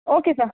okay sir